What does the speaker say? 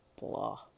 blah